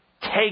Take